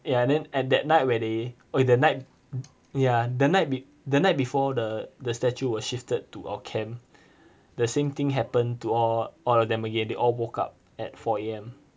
ya then at that night where they the night ya the night be~ the night before the the statue was shifted to our camp the same thing happened to all of them again they all woke up at four A_M